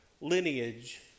lineage